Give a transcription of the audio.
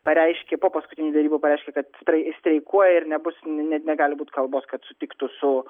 pareiškė po paskutinių derybų pareiškė kad strai streikuoja ir nebus n negali būt kalbos kad sutiktų su